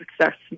success